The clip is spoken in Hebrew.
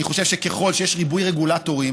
אני חושב שככל שיש ריבוי רגולטורים,